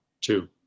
Two